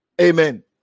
Amen